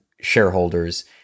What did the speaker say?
shareholders